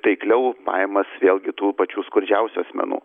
taikliau pajamas vėlgi tų pačių skurdžiausių asmenų